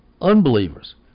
unbelievers